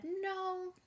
no